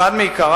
אחד מעיקרי